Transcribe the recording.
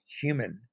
human